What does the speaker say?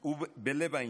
שהוא בלב העניין.